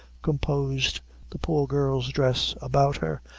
composed the poor girl's dress about her,